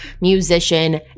musician